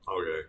Okay